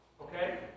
okay